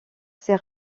ses